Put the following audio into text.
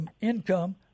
income